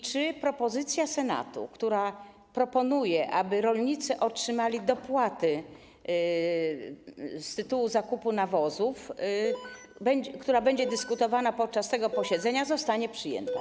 Czy propozycja Senatu, która sugeruje, aby rolnicy otrzymali dopłaty z tytułu zakupu nawozów, która będzie dyskutowana podczas tego posiedzenia, zostanie przyjęta?